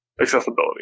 accessibility